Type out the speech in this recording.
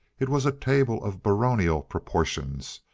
it was a table of baronial proportions,